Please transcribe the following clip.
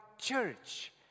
church